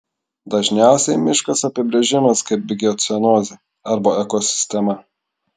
dažniausiai miškas apibrėžimas kaip biogeocenozė arba ekosistema